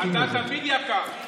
אתה תמיד יקר.